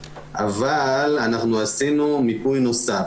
אבל אנחנו עשינו מיפוי נוסף.